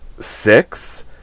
six